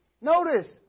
Notice